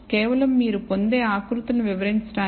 కేవలం మీరు పొందే ఆకృతులను వివరించడానికి